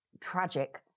tragic